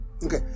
Okay